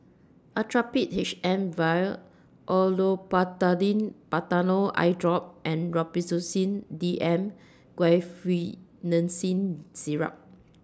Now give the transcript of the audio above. Actrapid H M Vial Olopatadine Patanol Eyedrop and Robitussin D M Guaiphenesin Syrup